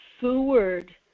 Seward